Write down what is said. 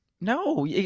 no